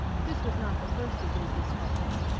this was not the first of these discussions,